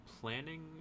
planning